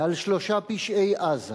ו"על שלֹשה פשעי עזה